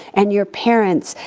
and your parents.